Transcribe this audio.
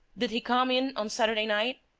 did he come in on saturday night?